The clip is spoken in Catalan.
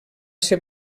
ser